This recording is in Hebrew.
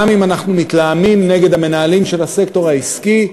גם אם אנחנו מתלהמים נגד המנהלים של הסקטור העסקי,